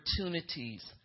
opportunities